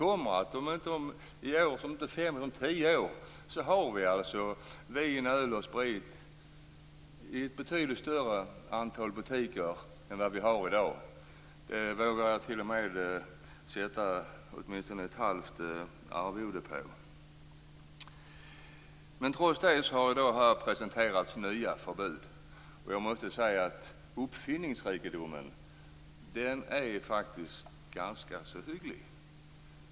Om 5-10 år kommer det att finnas vin, öl och sprit i ett betydligt antal större butiker än i dag. Jag vågar sätta åtminstone ett halvt arvode på det. Men trots detta har här presenterats förslag till nya förbud. Uppfinningsrikedomen är hygglig.